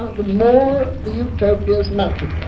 ah the more the utopias multiply.